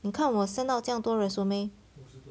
你看我 send out 这样多 resume